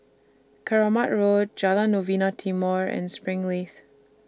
Keramat Road Jalan Novena Timor and Springleaf